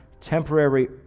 temporary